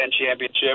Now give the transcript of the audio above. championship